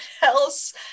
else